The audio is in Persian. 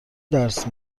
درس